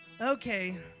Okay